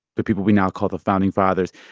the people we now call the founding fathers,